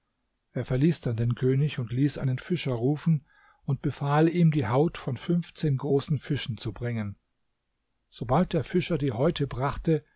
er verließ dann den könig und ließ einen fischer rufen und befahl ihm die haut von fünfzehn großen fischen zu bringen sobald der fischer die häute brachte